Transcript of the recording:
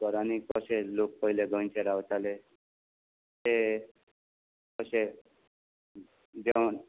घरांनी कशें लोक पोयलें गोंयचे रावताले ते तशें जेवोण